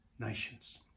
nations